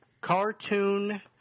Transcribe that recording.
cartoon